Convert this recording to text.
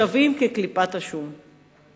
שווים כקליפת השום.